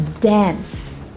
dance